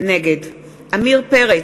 נגד עמיר פרץ,